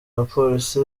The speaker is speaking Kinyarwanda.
abapolisi